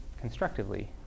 constructively